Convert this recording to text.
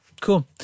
cool